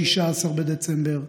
16 בדצמבר,